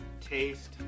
taste